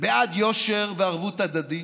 בעד יושר וערבות הדדית,